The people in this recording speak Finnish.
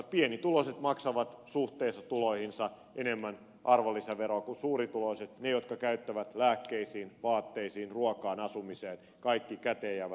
pienituloiset maksavat suhteessa tuloihinsa enemmän arvonlisäveroa ne jotka käyttävät lääkkeisiin vaatteisiin ruokaan asumiseen kaikki käteen jäävät tulonsa maksavat suhteessa tuloihinsa enemmän arvonlisäveroa kuin suurituloiset